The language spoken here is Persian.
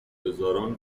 هزاران